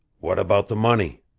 what about the money?